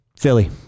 Philly